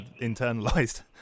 internalized